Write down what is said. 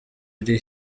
iri